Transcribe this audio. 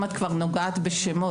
אם את כבר נוגעת בשמות,